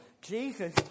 Jesus